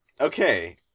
okay